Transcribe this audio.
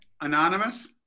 anonymous